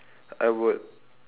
I would